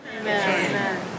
Amen